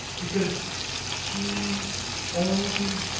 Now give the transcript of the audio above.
because she only